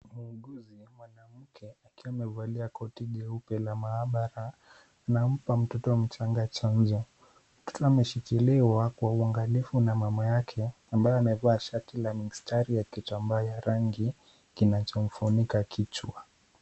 Muuguzi mwanamke akiwa amevalia koti jeupe la maabara anampa mtoto mchanga chanjo. Mtoto ameshikiliwa kwa uangalifu na mama yake, ambaye amevaa shati la mistari n kitambaa cha rangi kinachomfunika kichwa.